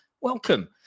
welcome